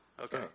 okay